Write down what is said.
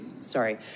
Sorry